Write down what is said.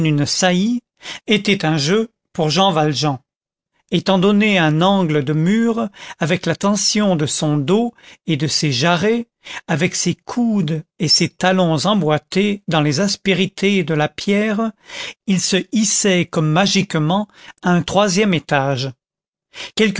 était un jeu pour jean valjean étant donné un angle de mur avec la tension de son dos et de ses jarrets avec ses coudes et ses talons emboîtés dans les aspérités de la pierre il se hissait comme magiquement à un troisième étage